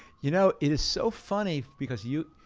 you know, it is so funny, because you